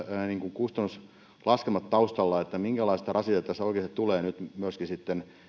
kustannuslaskelmat taustalla siitä minkälaista rasitetta tässä nyt sitten oikeasti